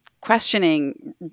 questioning